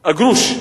הגרוש,